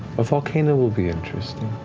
a volcano will be interesting.